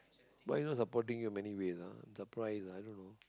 why he so supporting you in many way ah I'm surprise ah i don't know